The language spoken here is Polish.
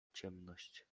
ciemność